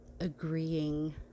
agreeing